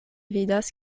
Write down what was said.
vidas